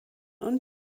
und